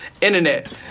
Internet